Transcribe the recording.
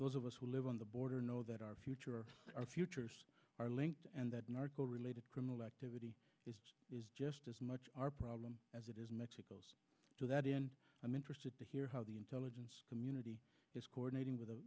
those of us who live on the border know that our future our futures are linked and that narco related criminal activity is just as much our problem as it is mexico's to that in i'm interested to hear how the intelligence community is coordinating with the